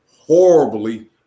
horribly